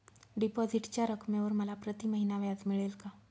डिपॉझिटच्या रकमेवर मला प्रतिमहिना व्याज मिळेल का?